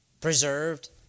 Preserved